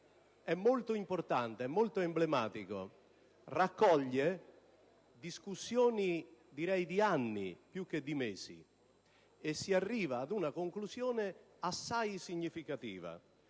È molto importante ed è molto emblematico, in quanto raccoglie discussioni di anni, più che di mesi, e si arriva ad una conclusione assai significativa.